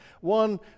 One